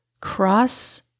cross